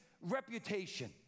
reputation